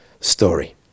story